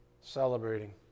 celebrating